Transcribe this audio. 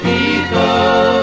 People